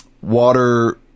water